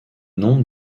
nombre